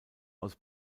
aus